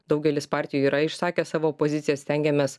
daugelis partijų yra išsakęs savo poziciją stengiamės